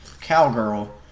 cowgirl